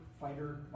Fighter